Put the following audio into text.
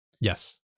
Yes